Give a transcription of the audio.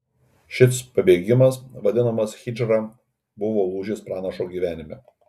šis pabėgimas vadinamas hidžra buvo lūžis pranašo gyvenime